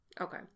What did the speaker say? Okay